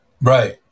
Right